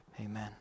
amen